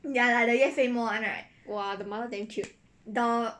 !wah! the mother damn cute